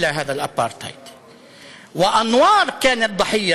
(אומר דברים בערבית: